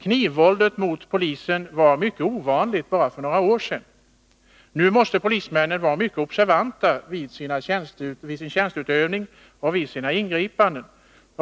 Knivvåldet mot poliser var mycket ovanligt bara för några år sedan, men nu måste polismännen vara mycket observanta vid sin tjänsteutövning och vid sina ingripanden.